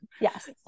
yes